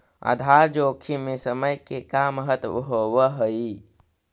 आधार जोखिम में समय के का महत्व होवऽ हई?